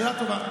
שאלה טובה.